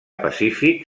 pacífic